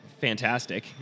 Fantastic